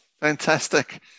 Fantastic